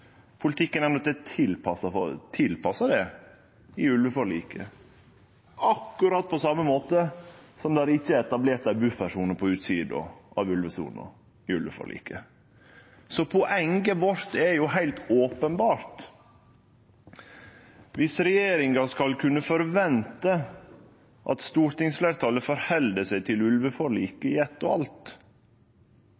Politikken er tilpassa det i ulveforliket, på akkurat same måte som at det ikkje er etablert ei buffersone på utsida av ulvesona i ulveforliket. Poenget vårt er jo heilt openbert: Dersom regjeringa skal kunne forvente at stortingsfleirtalet held seg til